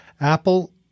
Apple